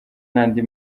n’andi